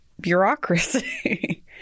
bureaucracy